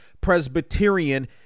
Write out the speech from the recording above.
Presbyterian